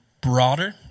broader